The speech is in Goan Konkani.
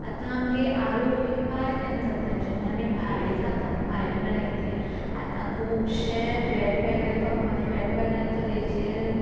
आतां आमगे आरोग्य पाड केन्ना जाता जेन्ना आमी भायलें खातात भायलें म्हणल्यार कितें आतां खुबशे वेगवेगळे कंपनी वेगवेगळे तरचें